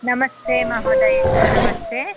नमस्ते महोदय नमस्ते